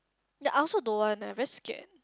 ya I also don't want eh very scared